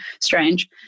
strange